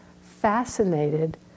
fascinated